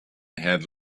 had